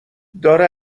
داره